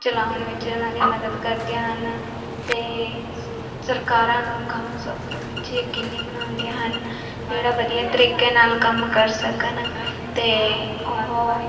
ਚਲਾਉਣ ਵਿੱਚ ਉਹਨਾਂ ਦੀ ਮਦਦ ਕਰਦੀਆਂ ਹਨ ਅਤੇ ਸਰਕਾਰਾਂ ਨੂੰ ਕੰਮ ਸੌਂਪਣ ਵਿੱਚ ਯਕੀਨੀ ਬਣਾਉਂਦੀਆਂ ਹਨ ਜਿਹੜਾ ਵਧੀਆ ਤਰੀਕੇ ਨਾਲ ਕੰਮ ਕਰ ਸਕਣ ਅਤੇ ਉਹ